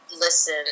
Listen